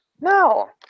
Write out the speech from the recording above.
No